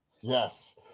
Yes